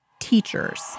Teachers